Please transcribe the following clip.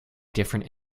different